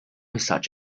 such